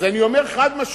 אני אומר חד-משמעית,